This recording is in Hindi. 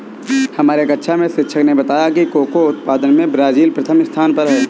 हमारे कक्षा में शिक्षक ने बताया कि कोको उत्पादन में ब्राजील प्रथम स्थान पर है